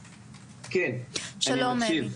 כן, אני מקשיב.